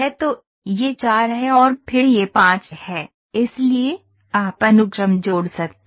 तो यह 4 है और फिर यह 5 है इसलिए आप अनुक्रम जोड़ सकते हैं